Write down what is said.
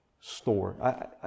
store